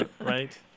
right